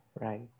Right